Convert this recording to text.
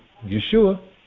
Yeshua